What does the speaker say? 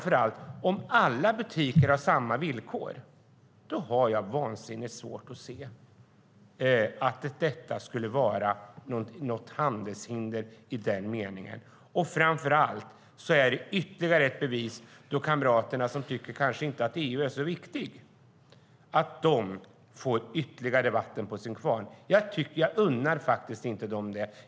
Om alla butiker har samma villkor har jag mycket svårt att se att detta skulle vara något handelshinder i den meningen. Framför allt är det ytterligare ett bevis för kamraterna som kanske inte tycker att EU är så viktigt, och de får ytterligare vatten på sin kvarn. Jag unnar faktiskt inte dem det.